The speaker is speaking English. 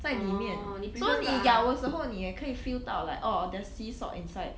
在里面 so 你咬的时候你可以 feel 到 like orh there's sea salt inside